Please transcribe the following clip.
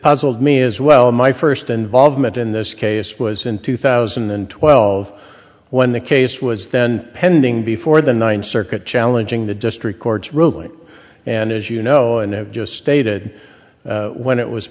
puzzled me as well my first involvement in this case was in two thousand and twelve when the case was then pending before the ninth circuit challenging the district court's ruling and as you know and have just stated when it was